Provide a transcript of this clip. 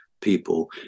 people